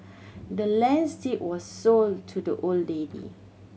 the land's deed was sold to the old lady